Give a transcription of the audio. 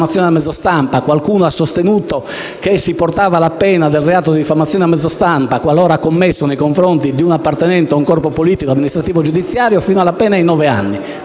Qualcuno ha sostenuto che si portava la pena per il reato di diffamazione a mezzo stampa, qualora commesso nei fronti di un appartenente a un corpo politico, amministrativo e giudiziario, fino a nove anni.